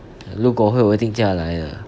如果会我一定叫他来的